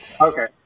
Okay